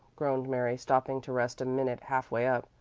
groaned mary, stopping to rest a minute half way up.